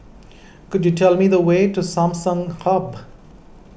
could you tell me the way to Samsung Hub